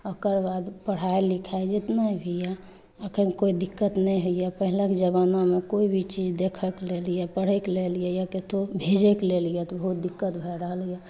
ओकर बाद पढ़ाइ लिखाइ जितना भी यऽ अखन कोई दिक्कत नहि होइए पहिलेक जमानामे कोई भी चीज देखके लेल या पढ़ऽके लेल कतहुँ भेजएके लेल यऽ ओहो दिक्कत भए रहल यऽ